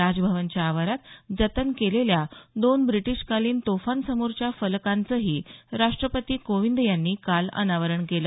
राजभवनच्या आवारात जतन केलेल्या दोन ब्रिटिशकालीन तोफांसमोरच्या फलकाचंही राष्ट्रपती रामनाथ कोविंद यांनी काल अनावरण केलं